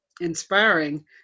inspiring